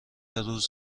روز